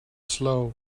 slow